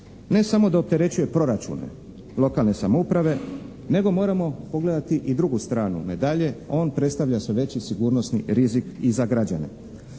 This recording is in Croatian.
ne samo da opterećuje proračune lokalne samouprave nego moramo pogledati i drugu stranu medalje, on predstavlja sve veći sigurnosni rizik i za građane.